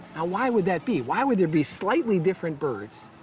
ah why would that be? why would there be slightly different birds,